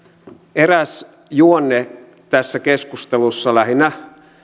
eräs juonne tässä keskustelussa lähinnä